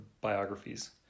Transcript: biographies